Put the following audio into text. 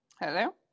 Hello